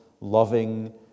loving